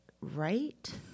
Right